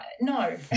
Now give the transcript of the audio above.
No